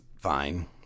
fine